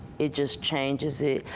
it just changes it.